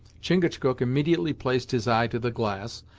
chingachgook immediately placed his eye to the glass,